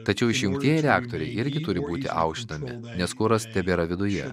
tačiau išjungtieji reaktoriai irgi turi būti aušinami nes kuras tebėra viduje